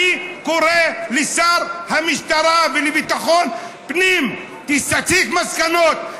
אני קורא לשר המשטרה ולביטחון פנים: תסיק מסקנות.